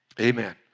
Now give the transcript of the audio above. Amen